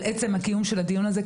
על עצם קיום הדיון הזה,